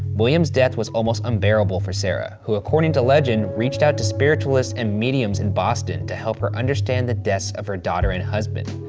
william's death was almost unbearable for sarah, who according to legend, reached out to spiritualists and mediums in boston to help her understand the deaths of her daughter and husband.